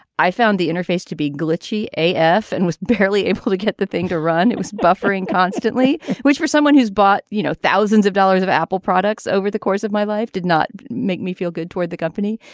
i found the interface to be glitchy ah aaf and was barely able to get the thing to run it was buffering constantly which for someone who's bought you know thousands of dollars of apple products over the course of my life did not make me feel good toward the company.